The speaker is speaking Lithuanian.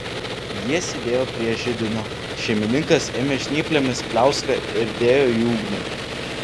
jie sėdėjo prie židinio šeimininkas ėmė žnyplėmis pliauską ir dėjo į ugnį